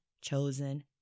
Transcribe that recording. Chosen